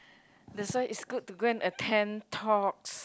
that's why it's good to go and attend talks